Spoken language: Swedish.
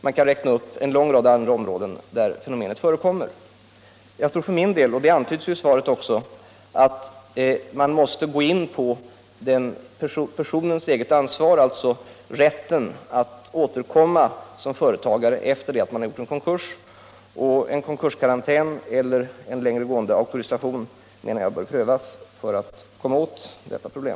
Jag kan räkna upp en lång rad andra områden där fenomenet förekommer. Jag tror, och det antyddes också i svaret, att man måste gå in på personens eget ansvar, dvs. rätten att återkomma som företagare efter att man gjort en konkurs. Jag menar att en konkurskarantän eller en längre gående auktorisation måste prövas för att komma åt detta problem.